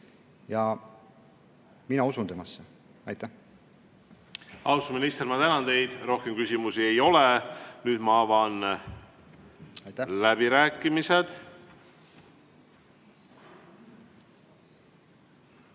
Ja mina usun temasse. Austatud minister, ma tänan teid! Rohkem küsimusi ei ole. Nüüd ma avan läbirääkimised